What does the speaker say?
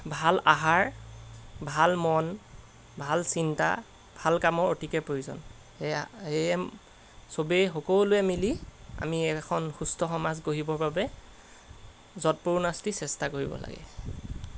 ভাল আহাৰ ভাল মন ভাল চিন্তা ভাল কামৰ অতিকে প্ৰয়োজন সেয়া সেয়ে সবেই সকলোৱে মিলি আমি এখন সুস্থ সমাজ গঢ়িবৰ বাবে যৎপৰোনাস্তি চেষ্টা কৰিব লাগে